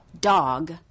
Dog